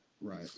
right